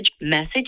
message